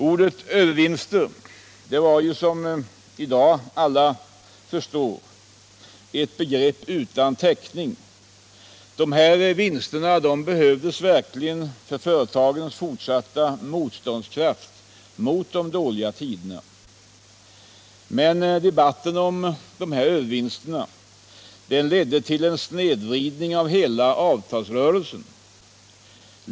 Ordet övervinster var som alla i dag förstår ett begrepp utan täckning; dessa vinster behövdes verkligen för företagens fortsatta motståndskraft mot dåliga tider. Men debatten om övervinster ledde till en snedvridning av hela avtalsrörelsen.